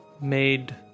made